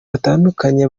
batandukanye